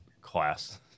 class